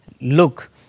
look